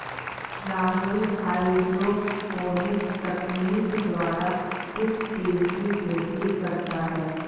Rahul hydroponics तकनीक द्वारा किस चीज की खेती करता है?